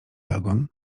wagon